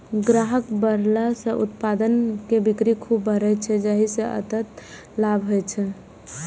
ग्राहक बढ़ेला सं उत्पाद के बिक्री खूब बढ़ै छै, जाहि सं अंततः लाभ होइ छै